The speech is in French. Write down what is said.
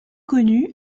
connu